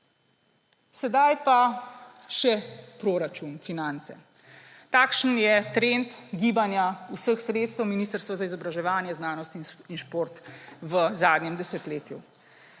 Sedaj pa še proračun, finance. Takšen je trend gibanja vseh sredstev Ministrstva za izobraževanje, znanost in šport v zadnjem desetletju.